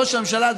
ראש הממשלה,